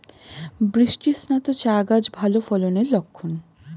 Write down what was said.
বৃষ্টিস্নাত চা গাছ ভালো ফলনের লক্ষন